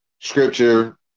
Scripture